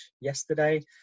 yesterday